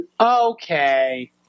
Okay